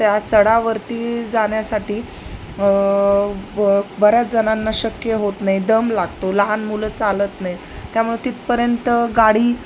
त्या चढावरती जाण्यासाठी अ बऱ्याच जणांना शक्य होत नाही दम लागतो लहान मुलं चालत नाही त्यामुळे तिथपर्यंत गाडी